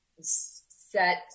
set